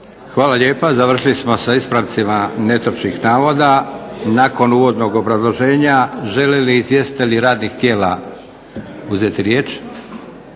Hvala lijepa. Završili smo sa ispravcima netočnih navoda. Nakon uvodnog obrazloženja žele li izvjestitelji radnih tijela uzeti riječ?